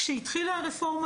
כשהתחילה הרפורמה,